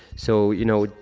so you know,